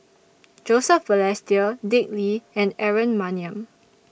Joseph Balestier Dick Lee and Aaron Maniam